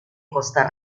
costa